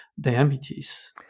diabetes